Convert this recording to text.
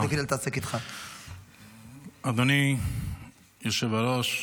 אדוני היושב-ראש,